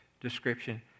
description